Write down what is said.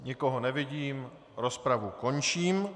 Nikoho nevidím, rozpravu končím.